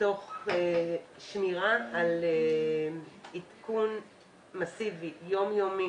תוך שמירה על עדכון מסיבי יום יומי